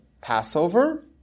Passover